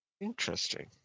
Interesting